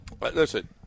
listen